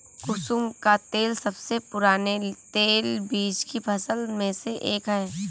कुसुम का तेल सबसे पुराने तेलबीज की फसल में से एक है